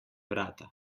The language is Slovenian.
vrata